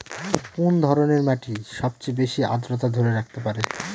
কোন ধরনের মাটি সবচেয়ে বেশি আর্দ্রতা ধরে রাখতে পারে?